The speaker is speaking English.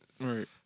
Right